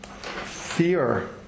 fear